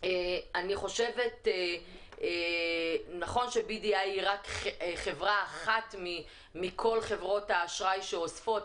נכון ש-BDI היא רק חברה אחת מבין כל חברות האשראי שאוספות,